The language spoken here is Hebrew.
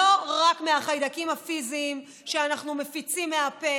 לא רק מהחיידקים הפיזיים שאנחנו מפיצים מהפה,